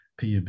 pub